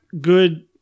good